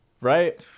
right